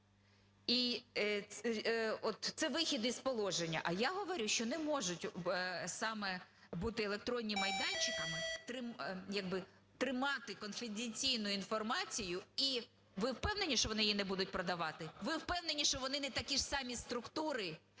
от це вихід із положення. А я говорю, що не можуть саме бути електронними майданчиками... якби тримати конфіденційну інформацію. І ви впевнені, що вони її не будуть продавати? Ви впевнені, що вони не такі ж самі структури,